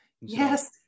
Yes